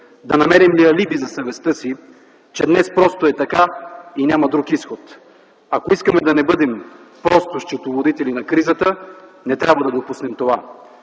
да намерим ли алиби за съвестта си, че днес просто е така и няма друг изход?! Ако искаме да не бъдем просто „счетоводители на кризата”, не трябва да допуснем това.